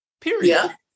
Period